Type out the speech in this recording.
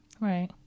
Right